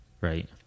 right